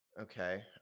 Okay